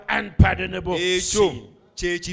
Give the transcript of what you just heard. unpardonable